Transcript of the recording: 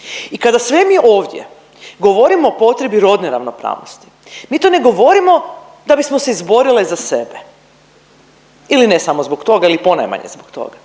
I kada sve mi ovdje govorimo o potrebi rodne ravnopravnosti mi to ne govorimo da bismo se izborile za sebe ili ne samo zbog toga ili ponajmanje zbog toga,